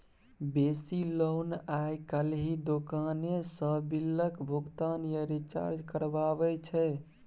बेसी लोक आइ काल्हि दोकाने सँ बिलक भोगतान या रिचार्ज करबाबै छै